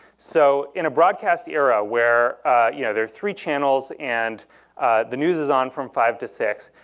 so, in a broadcast era where yeah there are three channels and the news is on from five to six,